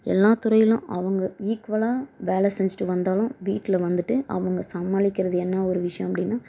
எல்லாத் துறையிலும் அவங்க ஈக்குவலாக வேலை செஞ்சுட்டு வந்தாலும் வீட்டில் வந்துவிட்டு அவங்க சமாளிக்கிறது என்ன ஒரு விஷயம் அப்படின்னா